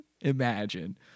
imagine